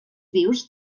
vius